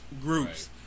groups